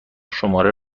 شماره